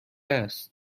است